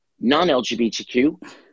non-LGBTQ